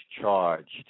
charged